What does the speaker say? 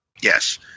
Yes